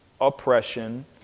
oppression